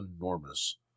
enormous